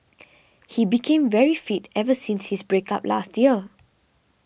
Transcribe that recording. he became very fit ever since his break up last year